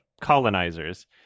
colonizers